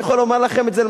אני יכול לומר לכם את זה,